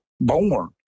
born